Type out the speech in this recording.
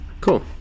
Cool